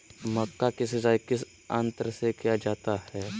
मक्का की सिंचाई किस यंत्र से किया जाता है?